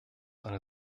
eine